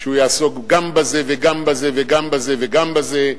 שהוא יעסוק גם בזה וגם בזה וגם בזה וגם בזה,